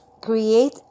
create